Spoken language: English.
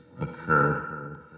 occur